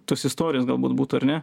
tos istorijos galbūt būtų ar ne